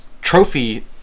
trophy